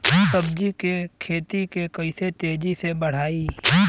सब्जी के खेती के कइसे तेजी से बढ़ाई?